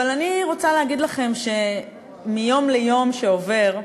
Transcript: אבל אני רוצה להגיד לכם שמיום ליום שעובר,